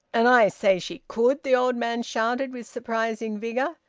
and i say she could! the old man shouted with surprising vigour.